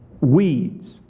Weeds